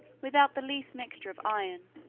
without the least mixture of iron,